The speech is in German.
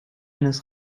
eines